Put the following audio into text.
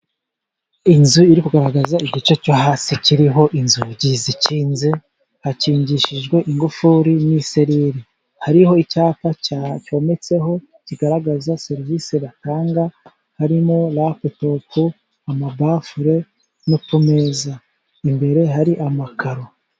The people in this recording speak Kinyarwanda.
Inzu iri kugaragaza igice cyo hasi kiriho inzugi zikinze hakingishijwe ingufuri n'iseriri. Hariho icyapa cyometseho kigaragaza serivisi batanga harimo raputopu, amabafure no ku meza imbere hari amakaro.